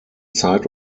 zeit